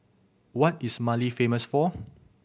what is Mali famous for